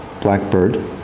Blackbird